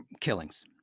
killings